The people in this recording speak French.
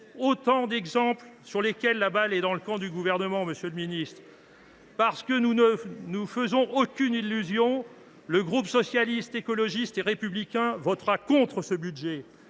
Autant d’exemples sur lesquels la balle est dans le camp du Gouvernement, monsieur le ministre. Parce que nous ne nous faisons aucune illusion, le groupe Socialiste, Écologiste et Républicain votera contre ce budget,